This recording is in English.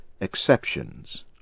exceptions